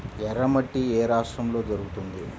ఎర్రమట్టి ఏ రాష్ట్రంలో దొరుకుతుంది?